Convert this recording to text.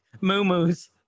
Moo-moos